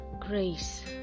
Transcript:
Grace